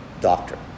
doctor